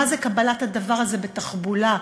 מה זה קבלת הדבר הזה בתחבולה?